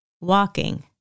walking